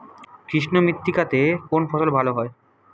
কৃষ্ণ মৃত্তিকা তে কোন ফসল ভালো হয়?